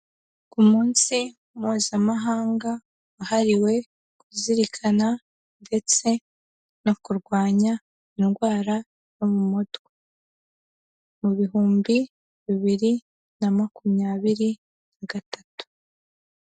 Ku munsi mpuzamahanga wahariwe kuzirikana ndetse no kurwanya indwara yo mu mutwe, mu bihumbi bibiri na makumyabiri na gatatu.